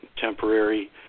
temporary